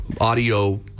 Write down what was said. audio